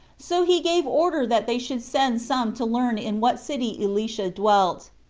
so he gave order that they should send some to learn in what city elisha dwelt.